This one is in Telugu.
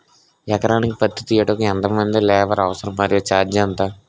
ఎకరానికి పత్తి తీయుటకు ఎంత మంది లేబర్ అవసరం? మరియు ఛార్జ్ ఎంత?